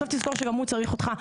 בסוף תזכור שגם הוא צריך אותך.